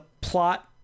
plot